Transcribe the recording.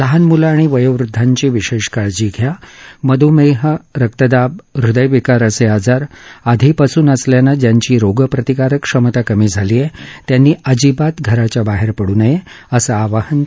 लहान म्लं आणि वयोवदधांची विशेष काळजी घ्यावी मध्मेह रक्तदाब हृदयविकार असे आजार आधीपासून असल्यानं ज्यांची रोगप्रतिकार क्षमता कमी झाली आहे त्यांनी अजिबात बाहेर पड्र नये असं आवाहन त्यांनी केलं